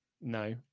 No